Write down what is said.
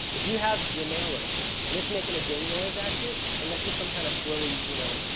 if you have your mail open, and it's making a ding noise at you, unless you're some kind of squirrely, you know,